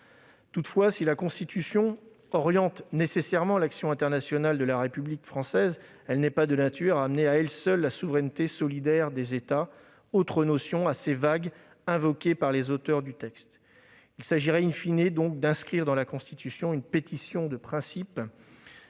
Toutefois, si la Constitution oriente nécessairement l'action internationale de la République française, elle n'est pas de nature à amener à elle seule la « souveraineté solidaire » des États, autre notion assez vague invoquée par les auteurs du texte. Il s'agirait d'inscrire dans la Constitution une pétition de principe